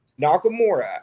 Nakamura